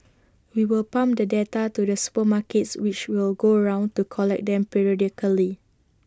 we will pump the data to the supermarkets which will go around to collect them periodically